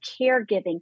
caregiving